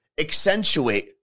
Accentuate